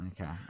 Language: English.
okay